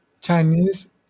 Chinese